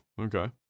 Okay